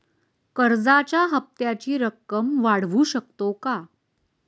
कर्जाच्या हप्त्याची रक्कम वाढवू शकतो का?